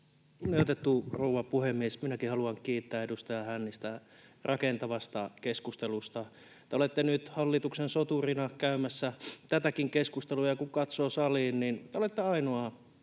Kunnioitettu rouva puhemies! Minäkin haluan kiittää edustaja Hännistä rakentavasta keskustelusta. Te olette nyt hallituksen soturina käymässä tätäkin keskustelua, ja kun katsoo saliin, niin te olette ainoa